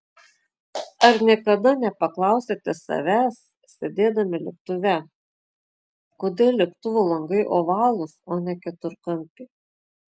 ar niekada nepaklausėte savęs sėdėdami lėktuve kodėl lėktuvo langai ovalūs o ne keturkampi